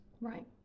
Right